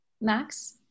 Max